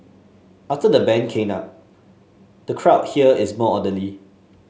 after the ban came up the crowd here is more orderly